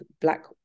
black